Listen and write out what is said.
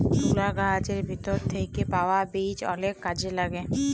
তুলা গাহাচের ভিতর থ্যাইকে পাউয়া বীজ অলেক কাজে ল্যাগে